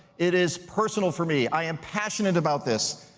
it is personal for me, i am passionate about this.